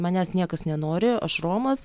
manęs niekas nenori aš romas